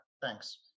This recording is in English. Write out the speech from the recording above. Thanks